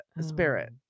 spirit